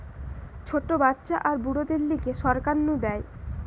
ছোট বাচ্চা আর বুড়োদের লিগে সরকার নু দেয়